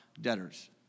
debtors